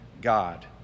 God